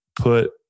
put